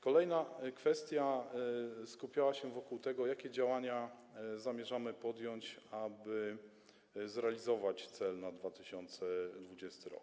Kolejna kwestia skupiała się na tym, jakie działania zamierzamy podjąć, aby zrealizować cel na 2020 r.